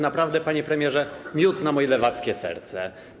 Naprawdę, panie premierze, miód na moje lewackie serce.